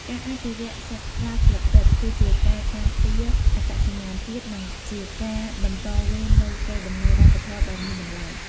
ការអភិរក្សសាស្រ្តាស្លឹករឹត គឺជាការការពារអត្តសញ្ញាណជាតិ និងជាការបន្តវេននូវកេរដំណែលវប្បធម៌ដ៏មានតម្លៃ។